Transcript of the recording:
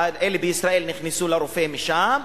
אלה שבישראל נכנסו לרופא משם,